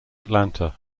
atlanta